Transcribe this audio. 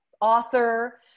author